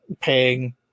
paying